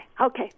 okay